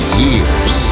years